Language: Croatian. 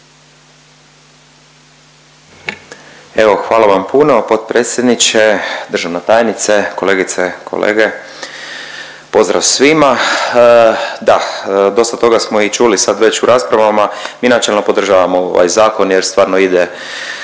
hvala vam puno potpredsjedniče, državna tajnice, kolegice, kolege, pozdrav svima. Da, dosta toga smo i čuli sad već u raspravama, mi načelno podržavamo ovaj Zakon jer stvarno ide,